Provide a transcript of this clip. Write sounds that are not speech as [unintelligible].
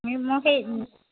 [unintelligible]